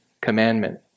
commandment